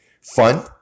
fun